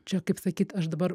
čia kaip sakyt aš dabar